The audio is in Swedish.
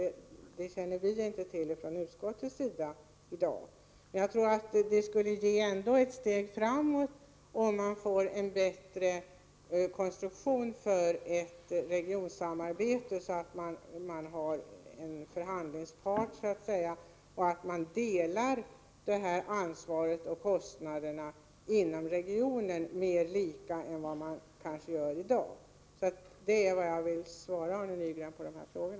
Det känner vi från utskottets sida inte till i dag. Jag tror att det skulle leda ett steg framåt om man fick en bättre konstruktion för ett regionsamarbete så att man har en förhandlingspart och att man delar ansvar och kostnader inom regionen mer lika än vad man kanske gör i dag. Det är mitt svar på Arne Nygrens frågor.